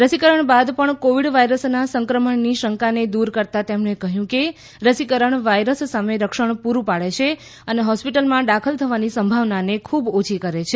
રસીકરણ બાદ પણ કોવિડ વાયરસના સંક્રમણની શંકાને દ્વર કરતાં તેમણે કહ્યું કે રસીકરણ વાયરસ સામે રક્ષણ પૂરું પાડે છે અને હોસ્પિટલમાં દાખલ થવાની સંભાવનાને ખૂબ ઓછી કરે છે